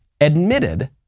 admitted